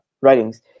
writings